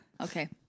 Okay